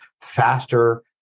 faster